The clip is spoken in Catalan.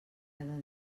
cada